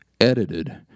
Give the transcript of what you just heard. edited